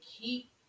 keep